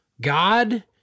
God